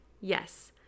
yes